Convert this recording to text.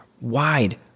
wide